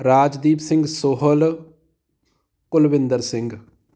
Rajdeep Singh Sohal Kulwinder Singh